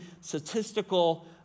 statistical